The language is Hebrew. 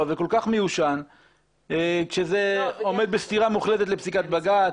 וכל כך מיושן כשזה עומד בסתירה מוחלטת לפסיקת בג"צ,